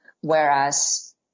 whereas